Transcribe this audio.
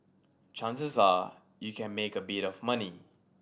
chances are you can make a bit of money